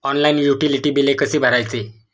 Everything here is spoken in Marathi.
ऑनलाइन युटिलिटी बिले कसे भरायचे?